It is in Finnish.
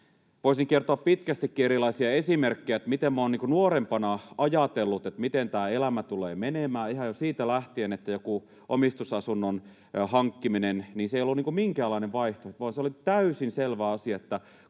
voisin kertoa pitkästikin erilaisia esimerkkejä, miten minä olen nuorempana ajatellut, että miten tämä elämä tulee menemään. Ihan jo siitä lähtien, että joku omistusasunnon hankkiminen ei ollut minkäänlainen vaihtoehto, vaan se oli täysin selvä asia,